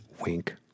Wink